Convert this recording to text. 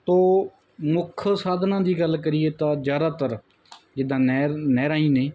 ਤੋ ਮੁੱਖ ਸਾਧਨਾਂ ਦੀ ਗੱਲ ਕਰੀਏ ਤਾਂ ਜ਼ਿਆਦਾਤਰ ਜਿੱਦਾਂ ਨਹਿਰ ਨਹਿਰਾਂ ਹੀ ਨੇ